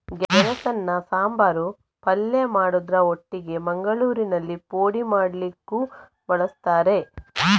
ಗೆಣಸನ್ನ ಸಾಂಬಾರು, ಪಲ್ಯ ಮಾಡುದ್ರ ಒಟ್ಟಿಗೆ ಮಂಗಳೂರಿನಲ್ಲಿ ಪೋಡಿ ಮಾಡ್ಲಿಕ್ಕೂ ಬಳಸ್ತಾರೆ